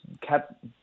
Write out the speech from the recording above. kept